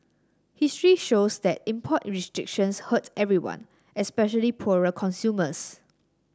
history shows that import restrictions hurt everyone especially poorer consumers